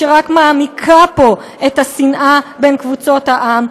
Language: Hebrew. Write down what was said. שרק מעמיקה פה את השנאה בין קבוצות העם,